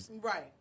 Right